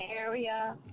area